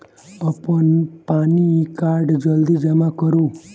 अप्पन पानि कार्ड जल्दी जमा करू?